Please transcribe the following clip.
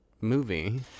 movie